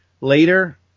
later